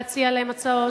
להציע להם הצעות?